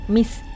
Miss